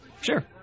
Sure